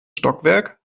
stockwerk